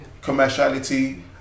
commerciality